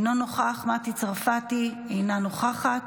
אינו נוכח, מטי צרפתי, אינה נוכחת,